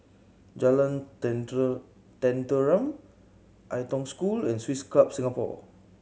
Jalan Tenteram Ai Tong School and Swiss Club Singapore